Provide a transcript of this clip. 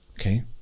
Okay